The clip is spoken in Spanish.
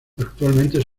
actualmente